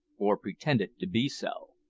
or pretended to be so.